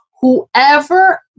Whoever